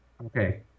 Okay